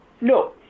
No